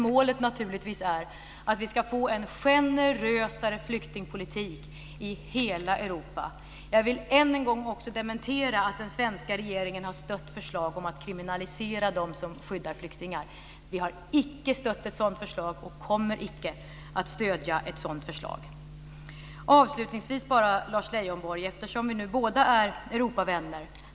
Målet är naturligtvis att vi ska få en generösare flyktingpolitik i hela Europa. Jag vill än en gång dementera att den svenska regeringen har stött förslag om att kriminalisera dem som skyddar flyktingar. Vi har icke stött ett sådant förslag, och vi kommer icke att stödja ett sådant förslag. Avslutningsvis, Lars Leijonborg: Vi är ju båda Europavänner.